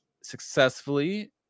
successfully